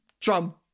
Trump